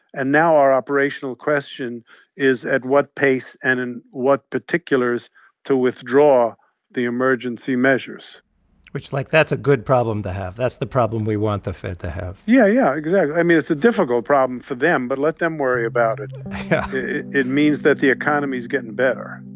and now our operational question is at what pace and in what particulars to withdraw the emergency measures which like, that's a good problem to have. that's the problem we want the fed to have yeah, yeah. exactly. i mean, it's a difficult problem for them, but let them worry about it yeah it means that the economy is getting better